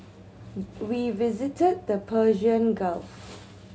we visited the Persian Gulf